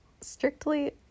strictly